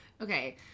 Okay